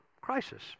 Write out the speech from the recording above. crisis